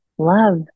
love